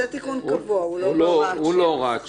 זה תיקון קבוע, לא הוראת שעה.